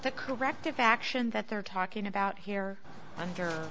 the corrective action that they're talking about here under